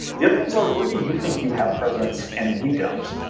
the other ones are where do you think you have presence and we don't?